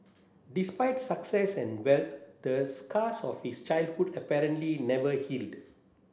despite success and wealth the scars of his childhood apparently never healed